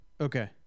Okay